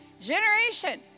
Generation